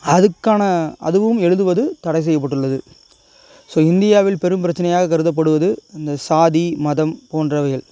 அதற்கான அதுவும் எழுதுவது தடை செய்யப்பட்டுள்ளது ஸோ இந்தியாவில் பெரும் பிரச்சனையாக கருதப்படுவது இந்த சாதி மதம் போன்றவைகள்